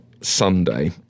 Sunday